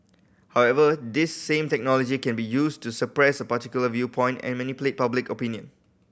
however this same technology can be used to suppress a particular viewpoint and manipulate public opinion